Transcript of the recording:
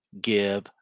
give